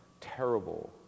terrible